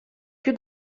più